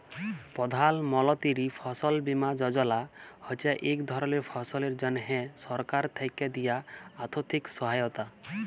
প্রধাল মলতিরি ফসল বীমা যজলা হছে ইক ধরলের ফসলের জ্যনহে সরকার থ্যাকে দিয়া আথ্থিক সহায়তা